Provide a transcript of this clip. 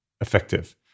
effective